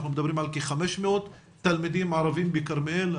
אנחנו מדברים על כ-500 תלמידים ערבים בכרמיאל.